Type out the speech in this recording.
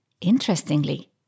interestingly